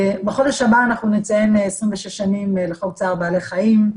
בחודש הבא אנחנו נציין 26 שנים לחוק צער בעלי חיים.